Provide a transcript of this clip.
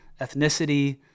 ethnicity